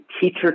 teacher